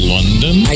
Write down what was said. London